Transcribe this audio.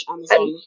Amazon